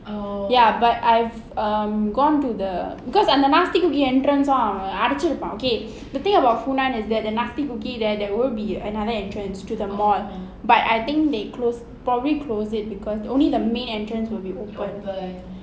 ya but I've um gone to the because அந்த:antha entrance all அதனால:adhanaala okay the thing about funan is that the nasty cookie there there will be another entrance to the mall but I think they closed probably closed it because only the main entrance will be open